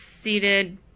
seated